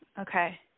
Okay